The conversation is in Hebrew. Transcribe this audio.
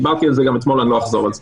דיברתי על זה גם אתמול, לא אחזור על זה.